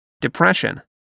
depression